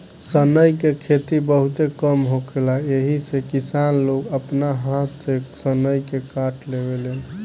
सनई के खेती बहुते कम होखेला एही से किसान लोग आपना हाथ से सनई के काट लेवेलेन